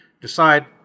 decide